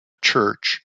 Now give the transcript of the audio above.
church